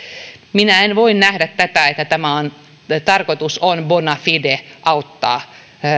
minä en voi nähdä että tarkoitus on bona fide auttaa